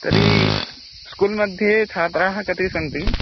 तर्हि स्कुल् मध्ये छात्राः कति सन्ति